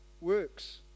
works